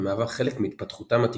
ומהווה חלק מהתפתחותם התקנית.